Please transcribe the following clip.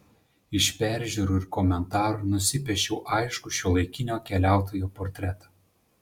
iš peržiūrų ir komentarų nusipiešiau aiškų šiuolaikinio keliautojo portretą